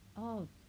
!whoa!